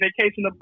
vacation